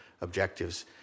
objectives